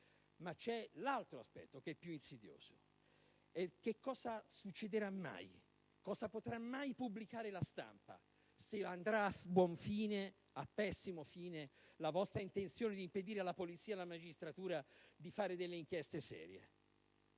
un altro aspetto, ancora più insidioso: che cosa succederà mai, che cosa potrà mai pubblicare la stampa, se andrà a buon fine (anzi, a pessimo fine) la vostra intenzione di impedire alla polizia e alla magistratura di fare delle inchieste serie?